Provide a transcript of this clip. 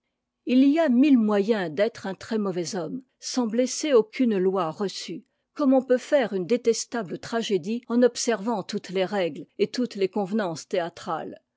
il y a mille moyens d'être un très-mauvais homme sans blesser aucune loi reçue comme on peut faire une détestable tragédie en observant toutes les règles et toutes les convenances théâtra